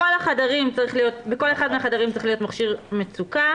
בכל אחד מהחדרים צריך להיות מכשיר מצוקה,